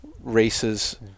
races